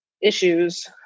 issues